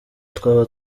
twaba